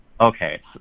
Okay